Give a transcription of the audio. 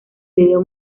video